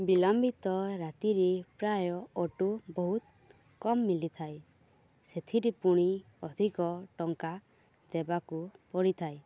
ବିଲମ୍ବିତ ରାତିରେ ପ୍ରାୟ ଅଟୋ ବହୁତ କମ୍ ମିଲିଥାଏ ସେଥିରେ ପୁଣି ଅଧିକ ଟଙ୍କା ଦେବାକୁ ପଡ଼ିଥାଏ